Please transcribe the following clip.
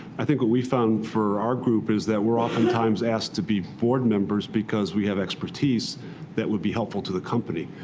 i think what we've found for our group is that we're oftentimes asked to be board members because we have expertise that would be helpful to the company.